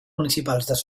municipals